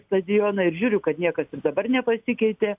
stadioną ir žiūriu kad niekas ir dabar nepasikeitė